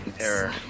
error